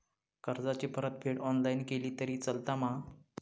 कर्जाची परतफेड ऑनलाइन केली तरी चलता मा?